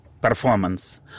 performance